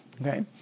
Okay